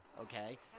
okay